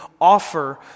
offer